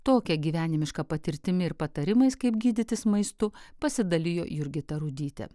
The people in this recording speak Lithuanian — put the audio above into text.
tokia gyvenimiška patirtimi ir patarimais kaip gydytis maistu pasidalijo jurgita rudytė